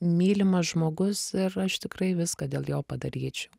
mylimas žmogus ir aš tikrai viską dėl jo padaryčiau